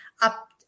up